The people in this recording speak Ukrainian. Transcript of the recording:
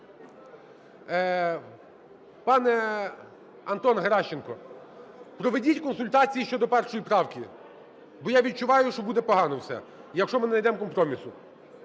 Пане Антон Геращенко, проведіть консультації щодо 1 правки, бо я відчуваю, що буде погано все, якщо ми не найдемо компромісу.